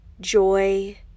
joy